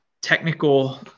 technical